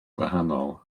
gwahanol